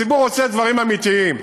הציבור רוצה דברים אמיתיים.